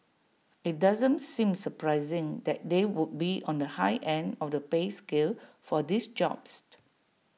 IT doesn't seem surprising that they would be on the high end of the pay scale for these jobs